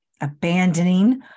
Abandoning